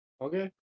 Okay